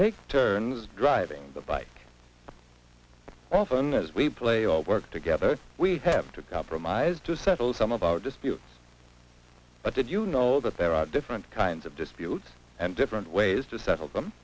take turns driving the bike often as we play all work together we have to compromise to settle some of our just deal but did you know that there are different kinds of disputes and different ways to settle them